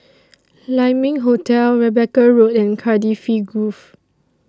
Lai Ming Hotel Rebecca Road and Cardifi Grove